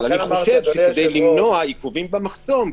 אבל כדי למנוע עיכובים במחסום,